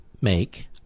make